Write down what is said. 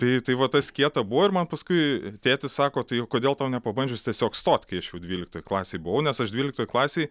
tai tai va tas kieta buvo ir man paskui tėtis sako tai o kodėl tau nepabandžius tiesiog stot kai aš jau dvyliktoj klasėj buvau nes aš dvyliktoj klasėj